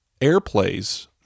airplays